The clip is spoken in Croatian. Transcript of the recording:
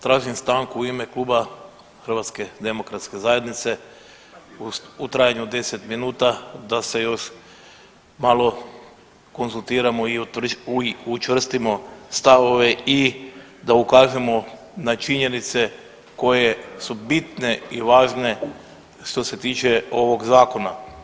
Tražim stanku u ime Kluba HDZ-a u trajanju od deset minuta da se još malo konzultiramo i učvrstimo stavove i da ukažemo na činjenice koje su bitne i važne što se tiče ovog zakona.